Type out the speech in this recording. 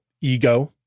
ego